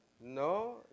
No